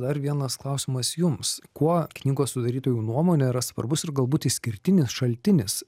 dar vienas klausimas jums kuo knygos sudarytojų nuomone yra svarbus ir galbūt išskirtinis šaltinis